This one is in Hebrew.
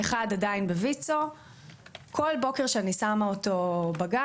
כל בוקר שאני שמה אותו בגן,